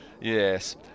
Yes